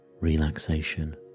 relaxation